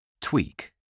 Tweak